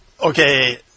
okay